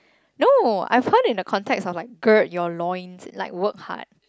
no I found in the context of like girt your loins like work hard